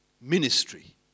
ministry